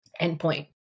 endpoint